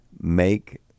make